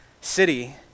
city